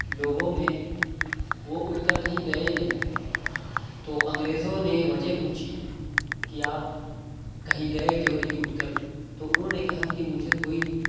لوگوں میں وہ اُٹھ کر کہیں گئے نہیں تو انگریزوں نے وجہ پوچھی کہ آپ کہیں گئے کیوں نہیں اُٹھ کر تو اُنہوں نے کہا کہ مجھے کوئی